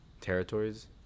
territories